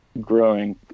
growing